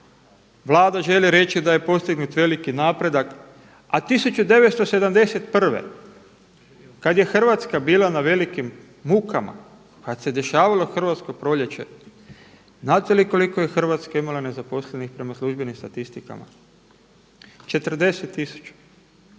Vlada želi reći da je postignut veliki napredak, a 1971. kada je Hrvatska bila na velikim mukama, kada se dešavalo Hrvatsko proljeće znate li koliko je Hrvatska imala nezaposlenih prema službenim statistikama? 40